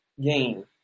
game